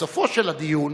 בסופו של הדיון,